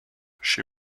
she